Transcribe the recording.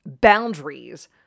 Boundaries